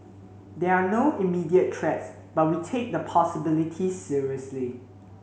there are no immediate threats but we take the possibility seriously